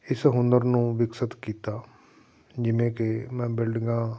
ਇਸ ਹੁਨਰ ਨੂੰ ਵਿਕਸਿਤ ਕੀਤਾ ਜਿਵੇਂ ਕਿ ਮੈਂ ਬਿਲਡਿੰਗਾਂ